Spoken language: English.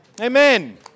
Amen